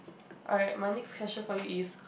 alright my next question for you is